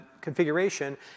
configuration